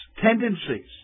tendencies